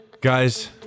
Guys